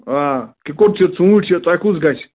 آ کِکُر چھُ ژوٗنٛٹھۍ چھِ تۄہہِ کُس گَژھِ